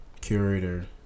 curator